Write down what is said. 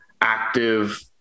active